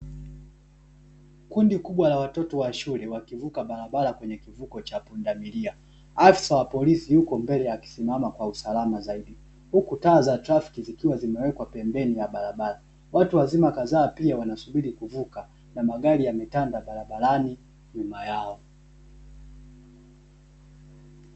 Kundi kubwa la watoto wa shule wakivuka barabara kwenye kivuko cha pundamilia, afisa wa polisi yupo mbele akisimama kwa usalama zaidi, huku taa za trafiki zikiwa zimewekwa pembeni ya barabara, watu wazima kadhaa pia wanasubiri kuvuka, na magari yametanda barabarani nyuma yao.